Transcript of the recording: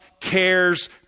cares